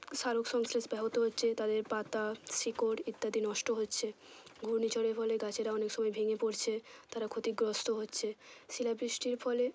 সালোকসংশ্লেষ ব্যাহত হচ্ছে তাদের পাতা শিকড় ইত্যাদি নষ্ট হচ্ছে ঘূর্ণিঝড়ের ফলে গাছেরা অনেক সময় ভেঙে পড়ছে তারা ক্ষতিগ্রস্ত হচ্ছে শিলাবৃষ্টির ফলে